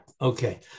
Okay